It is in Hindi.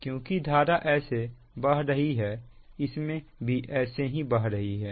क्योंकि धारा ऐसे बह रही है इसमें भी ऐसे ही बह रही है